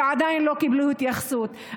ועדיין, לא קיבלו התייחסות.